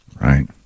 Right